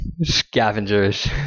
scavengers